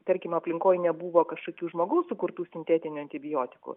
tarkim aplinkoj nebuvo kažkokių žmogaus sukurtų sintetinių antibiotikų